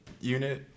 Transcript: unit